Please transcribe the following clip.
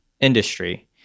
industry